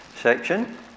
section